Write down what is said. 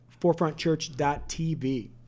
ForefrontChurch.tv